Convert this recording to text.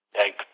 Thank